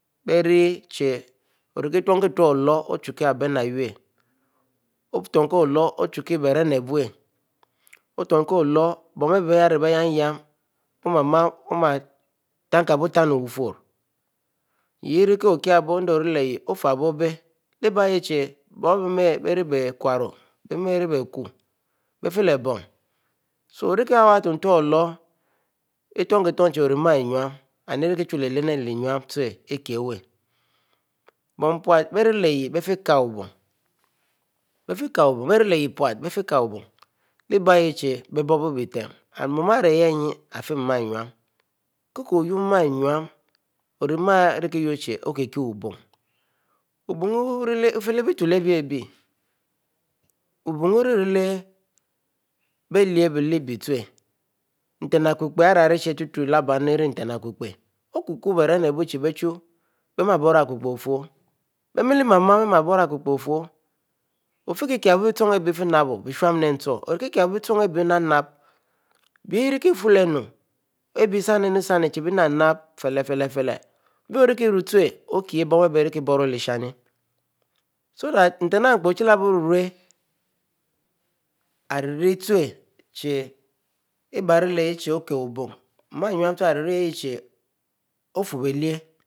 Otnikie-oloro ochuiki abeniyu, otnki loro ochie abeniwu, otnkie oloro bonabieh beyien yien, ma-mar omtankib wufurro, yehirikkiehbo ofihbo bie, leh-bieyehchi bon abieh mieh bieribkuro biebmei biee ribiku, ifile bon, so kikiehwu otun oloro. ietunkitunchie ori mu anuie irikieh chu-leh lene i lehiel yinuie ute bonpute biefikiehwu bon, biebibie wute and mu ahieh yine, arieh mu ayinubkiek yuru mu a nuie orimu orikikieh wubon wubon wufieh leh-bei tule abibie wubon wririeh leh-abieh lehbie, nten ipepeieh ariarile chi okuko beran abuie chie. biechu biemieh buria-ipepieh ofuri biemile mar bie mar bora ipepeieh fuuo, ofikoabou bechong abieh nap-nap bierikie ifilen abie sanu-sami filele le beorukie bon Ƹbien irikieh brruie lieshin so that nten ihie pou ochie leh bou ruitilun nten ampo ochie leh bou rui rueh, mu aririeh ute.